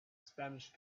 spanish